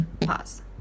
Pause